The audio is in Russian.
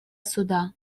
суда